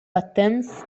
التنس